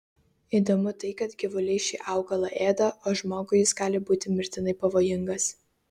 įdomu tai kad gyvuliai šį augalą ėda o žmogui jis gali būti mirtinai pavojingas